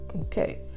Okay